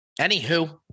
Anywho